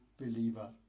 believer